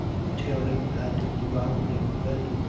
were tearing and devouring bread,